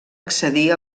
accedir